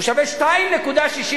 הוא שווה 2.65,